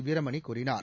வீரமணிகூறினார்